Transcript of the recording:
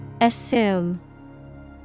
Assume